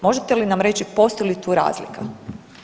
Možete li nam reći postoji li tu razlika?